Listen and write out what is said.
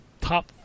top